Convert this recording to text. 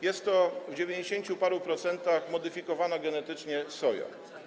Jest to w dziewięćdziesięciu paru procentach modyfikowana genetycznie soja.